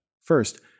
First